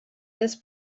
this